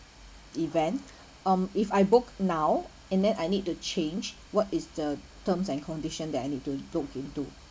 event um if I book now and then I need to change what is the terms and condition that I need to look into